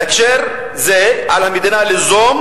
בהקשר זה, על המדינה ליזום,